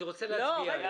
אני רוצה להצביע.